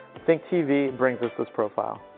think tv brings us this profile.